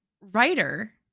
writer